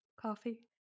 Coffee